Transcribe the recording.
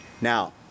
Now